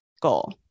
goal